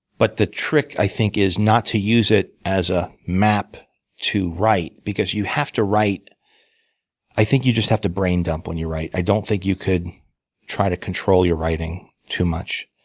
but the trick, i think, is not to use it as a map to write. because you have to write i think you just have to brain dump when you write. i don't think you could try to control your writing too much,